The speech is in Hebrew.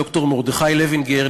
ד"ר מרדכי לוינגר,